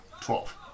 Twelve